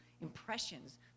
impressions